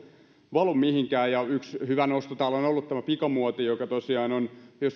ja valu mihinkään yksi hyvä nosto täällä on ollut pikamuoti jolla tosiaan on